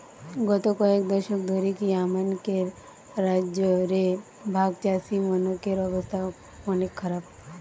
গত কয়েক দশক ধরিকি আমানকের রাজ্য রে ভাগচাষীমনকের অবস্থা অনেক খারাপ